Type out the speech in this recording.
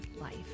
life